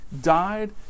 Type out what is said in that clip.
died